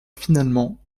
finalement